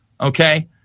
Okay